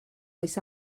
oes